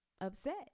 upset